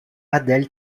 adèle